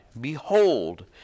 behold